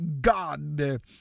God